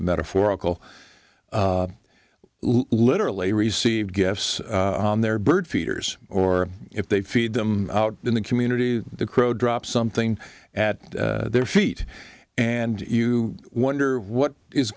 metaphorical literally received gifts on their bird feeders or if they feed them out in the community the crow drop something at their feet and you wonder what is